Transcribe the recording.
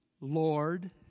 Lord